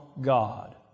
God